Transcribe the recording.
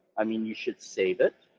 i mean, you should save it,